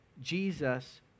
Jesus